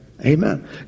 Amen